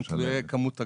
הם תלויי כמות הגז,